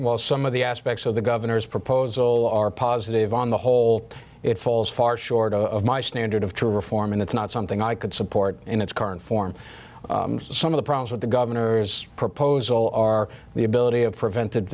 while some of the aspects of the governor's proposal are positive on the whole it falls far short of my standard of true reform and it's not something i could support in its current form some of the problems with the governor's proposal are the ability of prevent